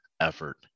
effort